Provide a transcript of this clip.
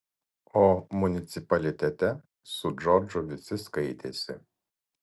o municipalitete su džordžu visi skaitėsi